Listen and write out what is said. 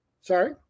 Sorry